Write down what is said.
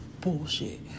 bullshit